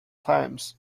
times